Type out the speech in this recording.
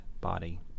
body